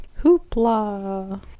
Hoopla